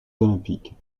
olympiques